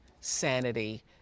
sanity